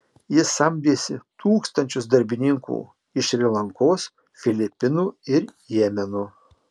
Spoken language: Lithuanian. jis samdėsi tūkstančius darbininkų iš šri lankos filipinų ir jemeno